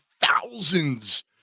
thousands